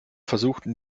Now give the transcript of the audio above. versuchten